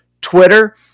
Twitter